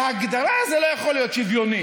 בהגדרה זה לא יכול להיות שוויוני.